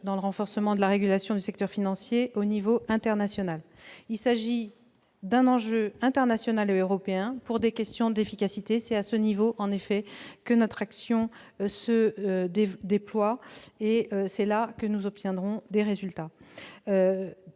dans le renforcement de la régulation du secteur financier au niveau international. Il s'agit d'un enjeu international et européen. Pour des questions d'efficacité, c'est à ce niveau en effet que notre action se déploie et c'est là que nous obtiendrons des résultats.